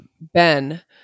Ben